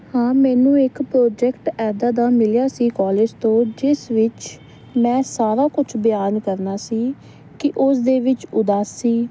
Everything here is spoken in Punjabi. ਹਾਂ ਮੈਨੂੰ ਇੱਕ ਪ੍ਰੋਜੈਕਟ ਇੱਦਾਂ ਦਾ ਮਿਲਿਆ ਸੀ ਕਾਲਜ ਤੋਂ ਜਿਸ ਵਿੱਚ ਮੈਂ ਸਾਰਾ ਕੁਛ ਬਿਆਨ ਕਰਨਾ ਸੀ ਕਿ ਉਸ ਦੇ ਵਿੱਚ ਉਦਾਸੀ